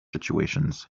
situations